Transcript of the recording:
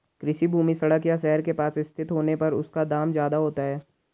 कृषि भूमि सड़क या शहर के पास स्थित होने पर उसका दाम ज्यादा होता है